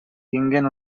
tinguen